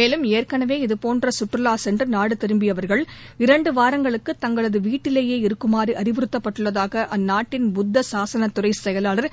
மேலும் ஏற்கனவே இதுபோன்ற சுற்றுலா சென்று நாடு திரும்பியவர்கள் இரண்டு வாரங்களுக்கு தங்களது வீட்டிலேயே இருக்குமாறு அறிவுறுத்தப்பட்டுள்ளதாக அந்நாட்டின் புத்த சாசன துறை செயலாளர்